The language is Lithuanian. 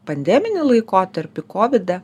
pandeminį laikotarpį kovidą